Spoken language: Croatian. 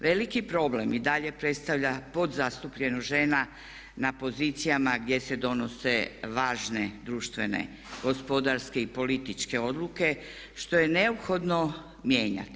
Veliki problem i dalje predstavlja podzastupljenost žena na pozicijama gdje se donose važne društvene, gospodarske i političke odluke što je neophodno mijenjati.